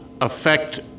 affect